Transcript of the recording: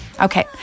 Okay